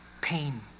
pain